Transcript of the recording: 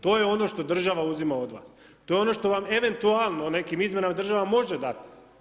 To je ono što država uzima od vas, to je ono što vam eventualno nekim izmjenama država može dati.